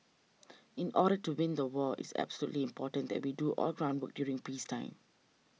in order to win the war it's absolutely important that we do all the groundwork during peacetime